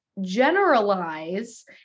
generalize